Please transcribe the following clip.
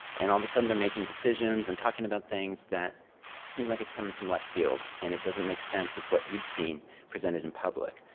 and all of the sudden, they're making decisions and talking about things that seem like it's coming from left field and it doesn't make sense with what you've seen presented in public.